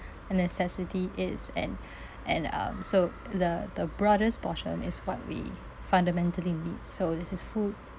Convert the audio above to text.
a necessity is and and um so the the broadest portion is what we fundamentally need so this is food